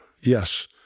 yes